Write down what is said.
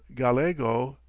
gallego,